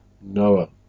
Noah